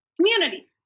Community